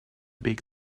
big